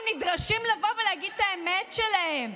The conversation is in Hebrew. הם נדרשים לבוא ולהגיד את האמת שלהם.